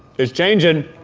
it's changing!